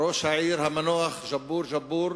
ראש העיר המנוח ג'אבור ג'אבור,